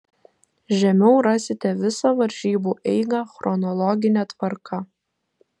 žemiau rasite visą varžybų eigą chronologine tvarka